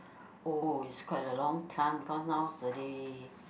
oh it's quite a long time because nowadays